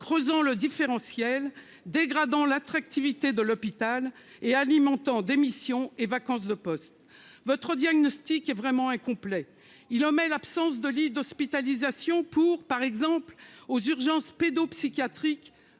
creuse le différentiel, dégrade l'attractivité de l'hôpital et alimente le cycle des démissions et vacances de postes. Votre diagnostic est incomplet : il omet l'absence de lits d'hospitalisation, par exemple aux urgences pédopsychiatriques